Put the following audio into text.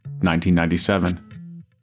1997